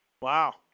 Wow